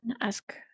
ask